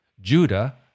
Judah